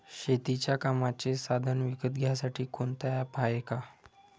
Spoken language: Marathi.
शेतीच्या कामाचे साधनं विकत घ्यासाठी कोनतं ॲप हाये का?